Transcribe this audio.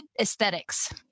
aesthetics